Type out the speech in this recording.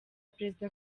perezida